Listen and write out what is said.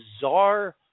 bizarre